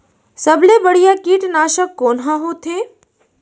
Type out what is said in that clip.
सबले बढ़िया कीटनाशक कोन ह होथे?